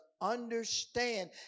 understand